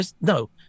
No